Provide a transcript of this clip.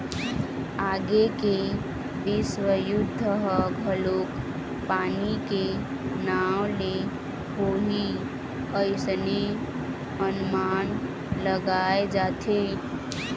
आगे के बिस्व युद्ध ह घलोक पानी के नांव ले होही अइसने अनमान लगाय जाथे